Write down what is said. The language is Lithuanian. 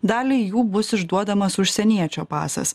daliai jų bus išduodamas užsieniečio pasas